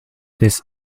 this